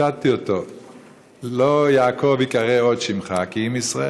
חבר הכנסת ישראל אייכלר.